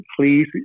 please